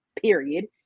period